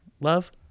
Love